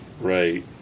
right